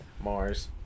Mars